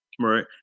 Right